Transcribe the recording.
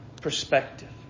perspective